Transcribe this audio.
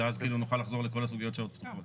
ואז נוכל לחזור לכל הסוגיות שעוד פתוחות.